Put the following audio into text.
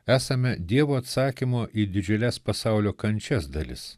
esame dievo atsakymo į didžiules pasaulio kančias dalis